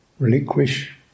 relinquish